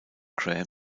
graham